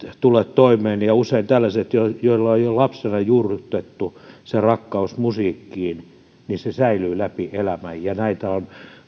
tule toimeen ja usein tällaisilla joille on jo lapsena juurrutettu se rakkaus musiikkiin se säilyy läpi elämän näitä on